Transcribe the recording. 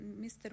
Mr